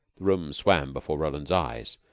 the room swam before roland's eyes.